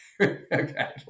okay